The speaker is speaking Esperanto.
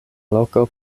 loko